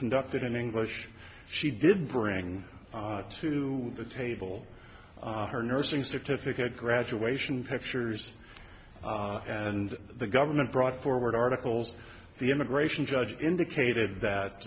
conducted in english she did bring to the table her nursing certificate graduation pictures and the government brought forward articles the immigration judge indicated that